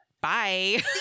bye